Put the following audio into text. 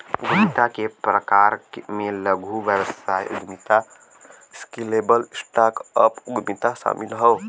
उद्यमिता के प्रकार में लघु व्यवसाय उद्यमिता, स्केलेबल स्टार्टअप उद्यमिता शामिल हौ